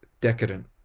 decadent